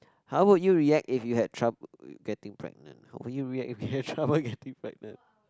how would you react if you had trouble getting pregnant how would you react if you had trouble getting pregnant